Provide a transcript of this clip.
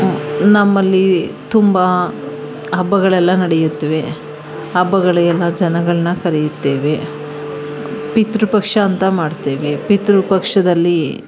ನ್ ನಮ್ಮಲ್ಲಿ ತುಂಬ ಹಬ್ಬಗಳೆಲ್ಲ ನಡೆಯುತ್ತವೆ ಹಬ್ಬಗಳಿಗೆಲ್ಲ ಜನಗಳನ್ನ ಕರೆಯುತ್ತೇವೆ ಪಿತೃಪಕ್ಷ ಅಂತ ಮಾಡ್ತೇವೆ ಪಿತೃಪಕ್ಷದಲ್ಲಿ